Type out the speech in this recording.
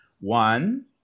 One